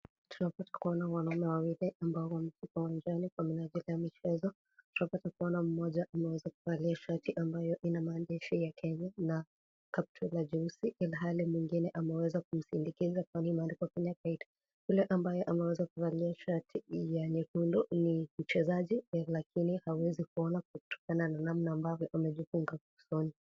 Tunapaka kuona wanaume wawili ambao wako uwanjani kwa minajili ya michezo. Tunapata kuona mmoja ambaye amevalia shati ambayo ina maandishi ya Kenya na kaptura jeusi ilhali mwengine ameweza kumsindikiza kwani imeandikwa Kenya fate. Yule ambaye ameweza kuvalia shati la nyekundu ni mchezaji lakini hawezi kuona kutokana na namnaa ambavyo amejifunga usoni.